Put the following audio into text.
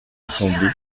assemblés